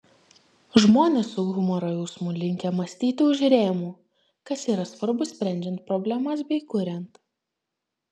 žmonės su humoro jausmu linkę mąstyti už rėmų kas yra svarbu sprendžiant problemas bei kuriant